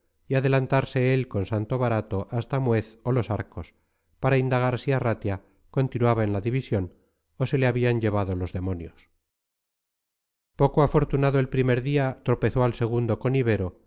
y adelantarse él con santo barato hasta muez o los arcos para indagar si arratia continuaba en la división o se le habían llevado los demonios poco afortunado el primer día tropezó al segundo con ibero por